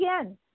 again